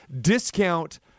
discount